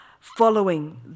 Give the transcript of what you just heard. Following